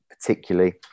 particularly